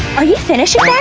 are you finishing that?